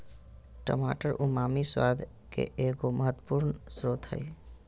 टमाटर उमामी स्वाद के एगो महत्वपूर्ण स्रोत हइ